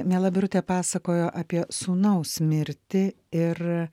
miela birutė pasakojo apie sūnaus mirtį ir